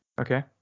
Okay